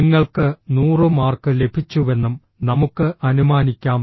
നിങ്ങൾക്ക് 100 മാർക്ക് ലഭിച്ചുവെന്നും നമുക്ക് അനുമാനിക്കാം